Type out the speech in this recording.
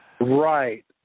Right